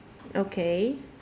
okay